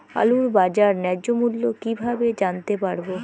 আলুর বাজার ন্যায্য মূল্য কিভাবে জানতে পারবো?